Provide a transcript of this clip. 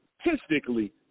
statistically